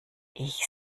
ich